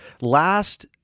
Last